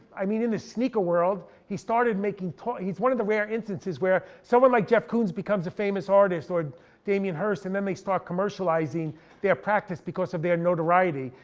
i mean in this sneaker world. he started making, he's one of the rare instances where, someone like jeff koons becomes a famous artist or damien hirst, and then they start commercializing their practice because of their notoriety.